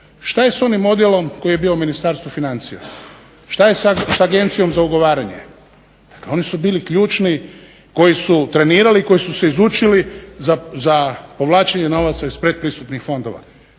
Šta je s onim odjelom koji je bio u Ministarstvu financija, šta je s Agencijom za ugovaranje? Oni su bili ključni koji su trenirali i koji su se izučili za povlačenje novaca iz pretpristupnih fondova.